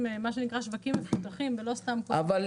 מה שנקרא שווקים מפותחים ולא סתם כל מדינה.